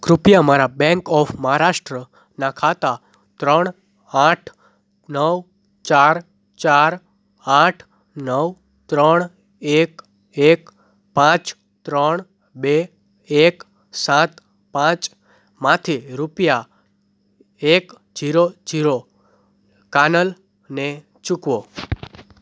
કૃપયા મારા Bank of Maharashtra નાં ખાતા ત્રણ આઠ નવ ચાર ચાર આઠ નવ ત્રણ એક એક પાંચ ત્રણ બે એક સાત પાંચ માંથી રૂપિયા એક જીરો જીરો કાનલને ચૂકવો